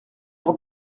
pour